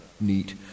neat